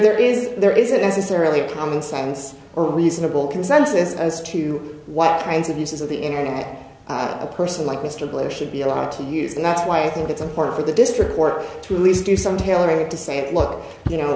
there is there isn't necessarily a common sense or reasonable consensus as to what kinds of this is of the internet a person like mr blair should be allowed to use and that's why i think it's important for the district court to least do some tailoring to say look you know